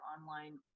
online